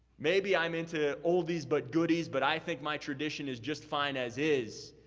maybe i'm in to oldies but goodies, but i think my tradition is just fine as is.